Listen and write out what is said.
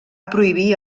prohibir